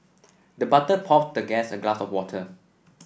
the butler poured the guest a glass of water